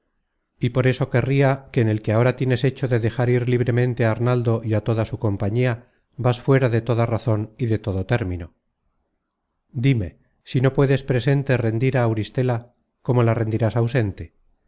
y por esto querria que en el que ahora tienes hecho de dejar ir libremente á arnaldo y a toda su compañía vas fuera de toda razon y de todo término dime si no puedes presente rendir á auristela cómo la rendirás ausente